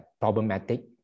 problematic